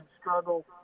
struggle